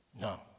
No